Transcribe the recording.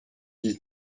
dix